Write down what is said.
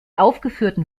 aufgeführten